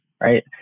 right